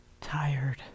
tired